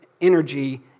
energy